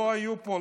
לא היו פה,